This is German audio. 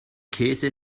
käse